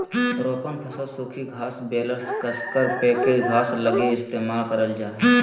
रोपण फसल सूखी घास बेलर कसकर पैकेज घास लगी इस्तेमाल करल जा हइ